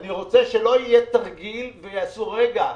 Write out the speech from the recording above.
אני רוצה שלא יהיה תרגיל ויגידו: רגע,